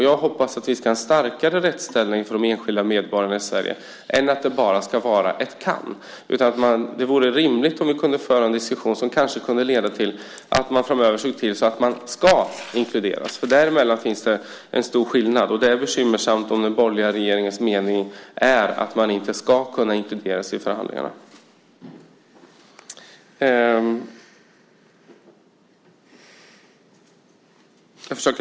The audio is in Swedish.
Jag hoppas att vi ska ha en starkare rättsställning för de enskilda medborgarna i Sverige än att det bara ska vara ett "kan". Det vore rimligt om vi kunde föra en diskussion som kanske kunde leda till att man framöver såg till att man "ska" inkluderas. Däremellan finns det en stor skillnad. Och det är bekymmersamt om den borgerliga regeringens mening är att man inte ska kunna integreras i förhandlingarna.